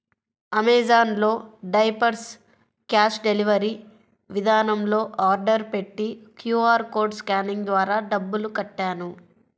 Amazon లో diapers cash delivery విధానంలో order పెట్టి క్యూ.ఆర్ కోడ్ స్కానింగ్ ద్వారా డబ్బులు కట్టాను